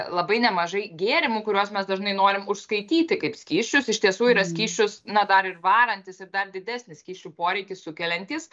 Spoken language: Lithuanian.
labai nemažai gėrimų kuriuos mes dažnai norim užskaityti kaip skysčius iš tiesų yra skysčius na dar ir varantis ir dar didesnį skysčių poreikį sukeliantis